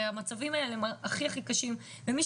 הרי המצבים האלה הכי הכי קשים ומי